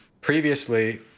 previously